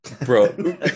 Bro